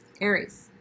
Aries